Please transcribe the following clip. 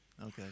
Okay